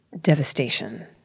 devastation